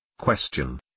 Question